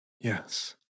Yes